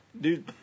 Dude